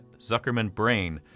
ZuckermanBrain